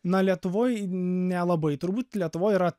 na lietuvoj nelabai turbūt lietuvoj yra